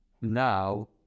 now